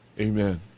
Amen